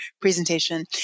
presentation